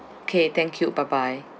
okay thank you bye bye